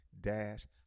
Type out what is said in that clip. dash